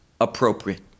appropriate